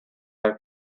are